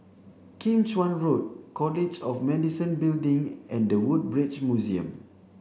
Kim Chuan Road College of Medicine Building and the Woodbridge Museum